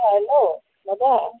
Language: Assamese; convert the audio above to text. অঁ হেল্ল' দাদা